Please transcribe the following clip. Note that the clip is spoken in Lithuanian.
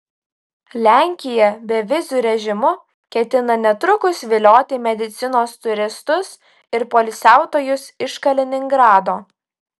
lenkija beviziu režimu ketina netrukus vilioti medicinos turistus ir poilsiautojus iš kaliningrado